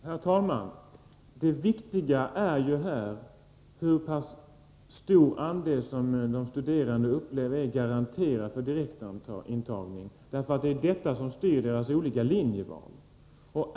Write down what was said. Herr talman! Det viktiga är ju här hur stor andel som de studerande uppfattar som garanterad för direkt intagning, eftersom det är detta som styr deras olika linjeval.